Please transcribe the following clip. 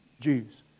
Jews